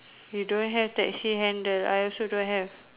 you don't have taxi handle I also don't have